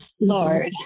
Lord